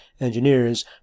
engineers